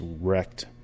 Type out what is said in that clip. wrecked